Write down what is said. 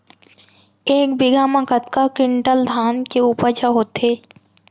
एक बीघा म कतका क्विंटल धान के उपज ह होथे?